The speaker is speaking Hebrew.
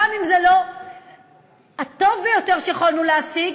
גם אם זה לא הטוב ביותר שיכולנו להשיג,